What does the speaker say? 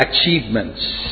achievements